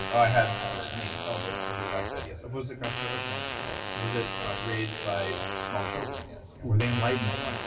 like i had red meat. ah but was it grass-fed? yes. was it grass-fed organic? yes. was it raised by small children? yes. were they enlightened small.